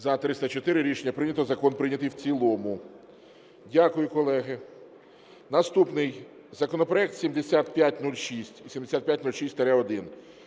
За-304 Рішення прийнято. Закон прийнятий в цілому. Дякую, колеги. Наступний законопроект 7506 і 7506-1